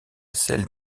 celle